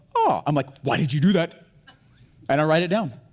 oh, i'm like why did you do that? and i write it down,